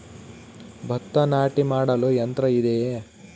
ಭತ್ತ ನಾಟಿ ಮಾಡಲು ಯಂತ್ರ ಇದೆಯೇ?